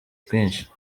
twinshi